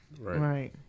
Right